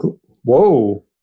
whoa